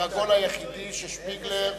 זה הגול היחידי ששפיגלר,